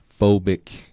phobic